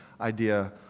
idea